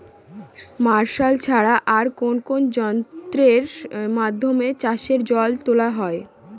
Martial ছাড়া আর কোন কোন যন্ত্রেরর মাধ্যমে চাষের জল তোলা হয়?